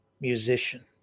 musician